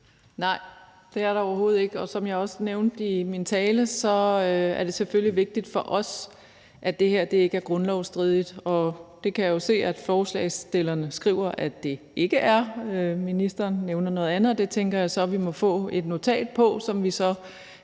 Nej, det er der overhovedet ikke, og som jeg også nævnte i min tale, er det selvfølgelig vigtigt for os, at det her ikke er grundlovsstridigt. Det kan jeg jo se at forslagsstillerne skriver at det ikke er. Ministeren nævner noget andet, og det tænker jeg så vi må få et notat på, som vi kan